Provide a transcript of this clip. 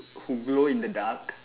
who glow in the dark